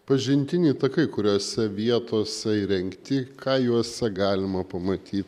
pažintiniai takai kuriose vietose įrengti ką juose galima pamaty